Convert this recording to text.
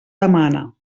demana